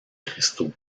cristaux